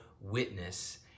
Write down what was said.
witness